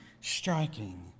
striking